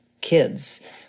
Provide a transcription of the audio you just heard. kids